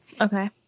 okay